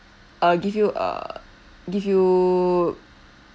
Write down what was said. uh give you err give you